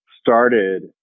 started